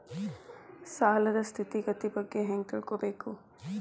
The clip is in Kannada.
ಸಾಲದ್ ಸ್ಥಿತಿಗತಿ ಬಗ್ಗೆ ಹೆಂಗ್ ತಿಳ್ಕೊಬೇಕು?